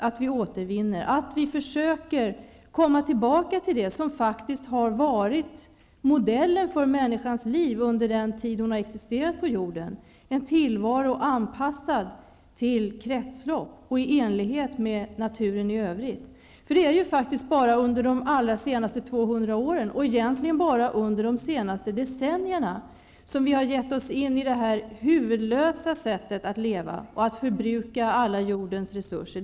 Vi måste återvinna och försöka komma tillbaka till det som faktiskt har varit modellen för människans liv under den tid hon har existerat på jorden -- en tillvaro anpassad till kretslopp och även i övrigt i enlighet med naturen. Det är enbart under de senaste 200 åren, och egentligen enbart under det senaste decennierna, som vi har gett oss in i ett huvudlöst sätt att leva genom att förbruka alla jordens resurser.